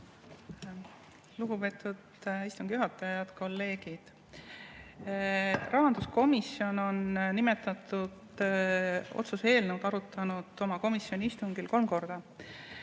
Lugupeetud istungi juhataja! Head kolleegid! Rahanduskomisjon on nimetatud otsuse eelnõu arutanud oma istungil kolm korda.